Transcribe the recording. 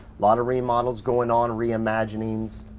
lot of remodels going on, reimaginings.